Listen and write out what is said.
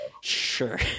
sure